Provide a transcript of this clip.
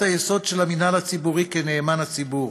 היסוד של המינהל הציבורי כנאמן הציבור.